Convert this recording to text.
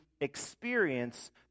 experience